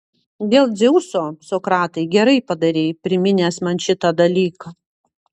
dėl dzeuso sokratai gerai padarei priminęs man šitą dalyką